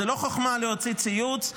זו לא חוכמה להוציא ציוץ,